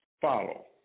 follow